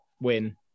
win